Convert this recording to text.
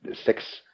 six